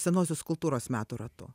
senosios kultūros metų ratu